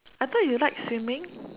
I thought you like swimming